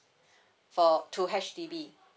for to H_D_B